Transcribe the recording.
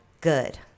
good